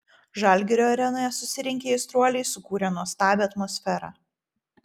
žalgirio arenoje susirinkę aistruoliai sukūrė nuostabią atmosferą